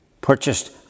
purchased